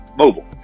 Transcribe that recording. mobile